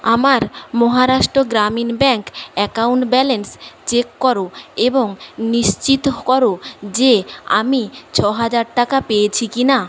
আমার Maharashtra Gramin bank account balance check কর এবং নিশ্চিত কর যে আমি ছ হাজার টাকা পেয়েছি কিনা